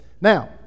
Now